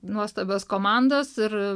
nuostabios komandos ir